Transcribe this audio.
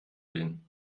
bin